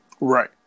Right